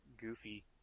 goofy